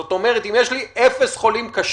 זאת אומרת, אם יש לי אפס חולים קשים,